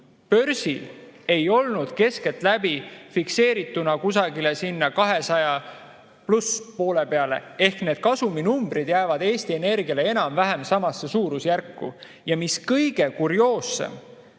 börsil ei olnud keskeltläbi fikseerituna kusagil seal 200 pluss kandis. Ehk need kasuminumbrid jäävad Eesti Energial enam-vähem samasse suurusjärku. Ja mis kõige kurioossem: